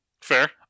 Fair